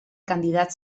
candidat